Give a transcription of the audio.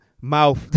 mouth